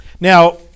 Now